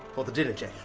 for the dinner jacket.